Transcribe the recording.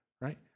Right